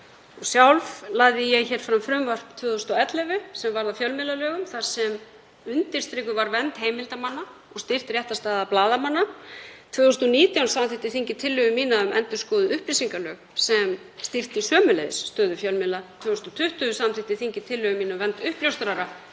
Sjálf lagði ég fram frumvarp 2011 sem varð að fjölmiðlalögum þar sem undirstrikuð var vernd heimildarmanna og styrkt réttarstaða blaðamanna. Árið 2019 samþykkti þingið tillögu mína um endurskoðuð upplýsingalög sem styrkti sömuleiðis stöðu fjölmiðla. 2020 samþykkti þingið tillögu mína um vernd uppljóstrara